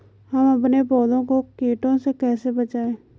हम अपने पौधों को कीटों से कैसे बचाएं?